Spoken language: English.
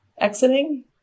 exiting